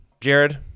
Jared